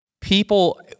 people